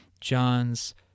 John's